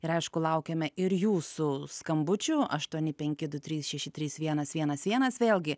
ir aišku laukiame ir jūsų skambučių aštuoni penki du trys šeši trys vienas vienas vienas vėlgi